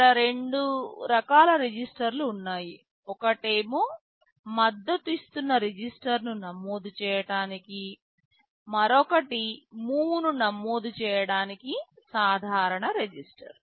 ఇక్కడ రెండు రకాల రిజిస్టర్లు ఉన్నాయి ఒకటేమో మద్దతు ఇస్తున్న రిజిస్టర్ move ను నమోదు చేయడానికి మరొకటి మూవు ను నమోదు చేయడానికి సాధారణ రిజిస్టర్